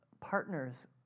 partners